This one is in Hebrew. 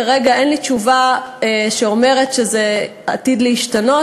כרגע אין לי תשובה שאומרת שזה עתיד להשתנות,